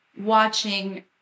watching